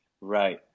Right